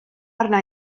arna